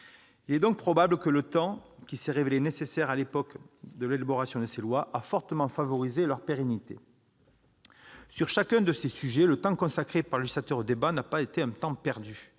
Il est probable que le temps qui s'est révélé nécessaire à l'élaboration de ces lois ait fortement favorisé leur pérennité. Sur chacun de ces sujets, le temps consacré par le législateur aux débats n'a pas été perdu.